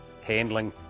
handling